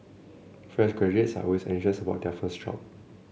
fresh graduates are always anxious about their first job